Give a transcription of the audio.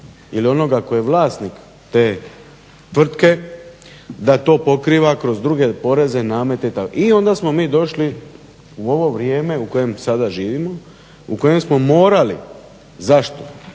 ili onoga tko je vlasnik te tvrtke da to pokriva kroz druge poreze, namete. I onda smo mi došli u ovo vrijeme u kojem sada živimo, u kojem smo morali. Zašto?